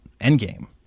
Endgame